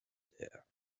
there